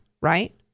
right